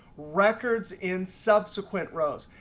records in subsequent rows.